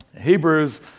Hebrews